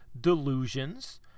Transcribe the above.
delusions